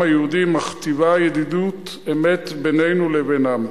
היהודי מכתיב ידידות אמת בינינו לבינם.